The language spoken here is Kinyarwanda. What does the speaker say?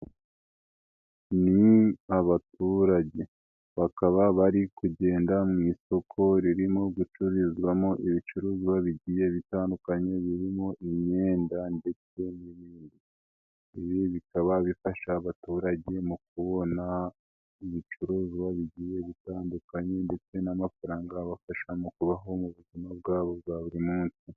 Ni abaturage bakaba bari kugenda mu isoko ririmo gucuruzwamo ibicuruzwa bigiye bitandukanye birimo imyenda. Ibi bikaba bifasha abaturage mu kubona ibicuruzwa bigiye bitandukanye ndetse n'amafaranga abafasha mu kubaho mu buzima bwabo bwa buri munsi.